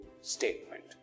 statement